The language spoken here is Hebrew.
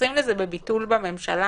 מתייחסים לזה בביטול בממשלה.